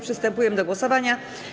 Przystępujemy do głosowania.